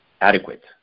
adequate